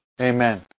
Amen